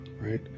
right